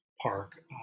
Park